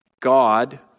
God